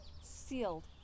sealed